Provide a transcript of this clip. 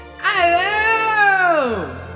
hello